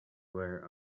were